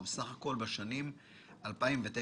ובסך הכל בשנים 2009-2018?